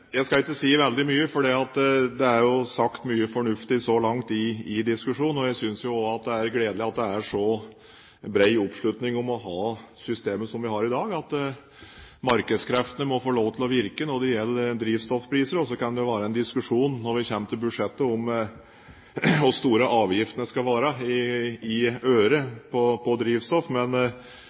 Jeg skal ikke si veldig mye, for det er jo sagt mye fornuftig så langt i diskusjonen. Jeg synes også at det er gledelig at det er så bred oppslutning om å ha systemet som vi har i dag, at markedskreftene må få lov til å virke når det gjelder drivstoffpriser, og så kan det være en diskusjon når vi kommer til budsjettet, om hvor store avgiftene skal være i øre på drivstoff.